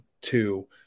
Two